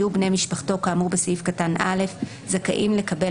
יהיו בני משפחתו כאמור בסעיף קטן (א) זכאים לקבל